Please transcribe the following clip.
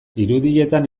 irudietan